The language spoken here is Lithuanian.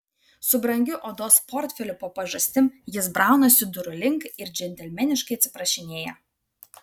su brangiu odos portfeliu po pažastim jis braunasi durų link ir džentelmeniškai atsiprašinėja